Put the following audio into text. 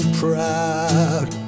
proud